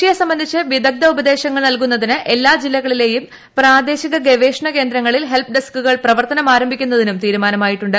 കൃഷിയെ സംബന്ധിച്ച് വിദഗ്ദ്ധ ഉപദേശങ്ങൾ നൽകു ന്നതിന് എല്ലാ ജില്ലകളിലെയും പ്രാദേശിക ഗവേഷണ കേന്ദ്രങ്ങളിൽ ഹെൽപ്പ്ഡെസ്കുകൾ പ്രവർത്തനം ആരംഭിക്കുന്നതിനും തീരുമാനമായിട്ടുണ്ട്